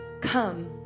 come